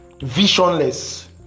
visionless